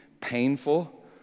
painful